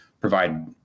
provide